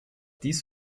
dies